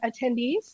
attendees